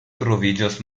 troviĝos